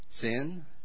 Sin